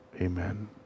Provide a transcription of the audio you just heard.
Amen